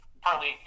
partly